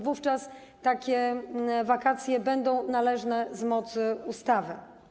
Wówczas takie wakacje będą należne na mocy ustawy.